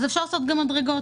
אז אפשר לעשות גם מדרגות.